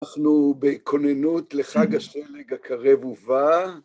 אנחנו בכוננות לחג השלג הקרב ובא.